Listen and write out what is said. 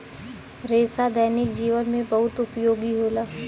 रेसा दैनिक जीवन में बहुत उपयोगी होला